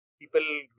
people